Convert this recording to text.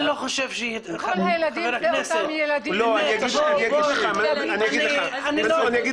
אני לא חושב שהיא --- כל הילדים הם אותם ילדים --- אני לא חושבת